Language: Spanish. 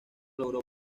logró